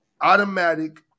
automatic